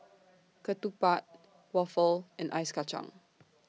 Ketupat Waffle and Ice Kachang